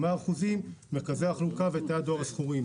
ו-100% ממרכזי החלוקה ותאי הדואר השכורים.